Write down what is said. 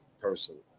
personally